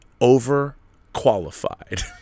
Overqualified